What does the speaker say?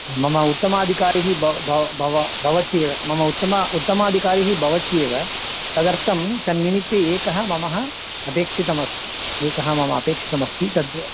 मम उत्तमाधिकारी बव् भव् भवती एव मम उत्तमा उत्तमाधिकारी भवत्येव तदर्थं तन्निमित्ते एकः मम अपेक्षितमस्ति एकः मम अपेक्षितमस्ति तद्